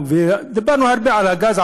ודיברנו הרבה על הגז,